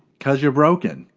cause you're broken.